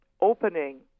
opening